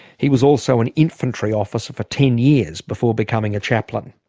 he was also an infantry officer for ten years before becoming a chaplain.